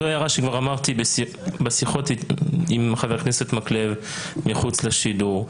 זו הערה שכבר הערתי בשיחות עם חה"כ מקלב מחוץ לשידור.